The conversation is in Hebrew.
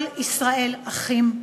כל ישראל אחים.